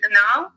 now